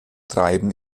treiben